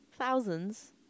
Thousands